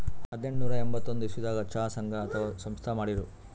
ಹದನೆಂಟನೂರಾ ಎಂಬತ್ತೊಂದ್ ಇಸವಿದಾಗ್ ಚಾ ಸಂಘ ಅಥವಾ ಸಂಸ್ಥಾ ಮಾಡಿರು